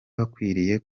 bakwiriye